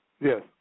Yes